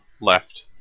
left